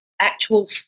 actual